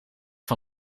van